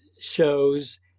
shows